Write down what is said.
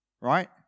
right